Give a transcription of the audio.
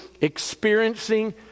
experiencing